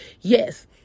Yes